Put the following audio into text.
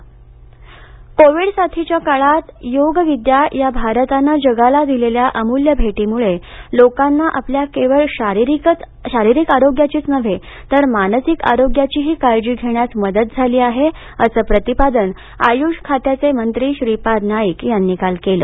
Covid योग Covid साथीच्या काळात योग विद्या या भारतानं जगाला दिलेल्या अमूल्य भेटीमुळे लोकांना आपल्या केवळ शारीरिक आरोग्याचीच नव्हे तर मानसिक आरोग्याचीही काळजी घेण्यास मदत झाली आहे असं प्रतिपादन आयुष खात्याचे मंत्री श्रीपाद नाईक यांनी काल केलं